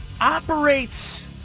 operates